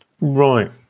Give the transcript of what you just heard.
right